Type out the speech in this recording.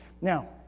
Now